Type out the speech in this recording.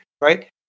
right